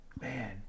man